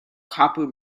copper